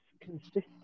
consistent